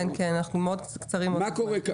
כן, כי אנחנו מאוד קצרים בזמן, בבקשה.